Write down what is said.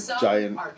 giant